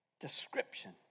description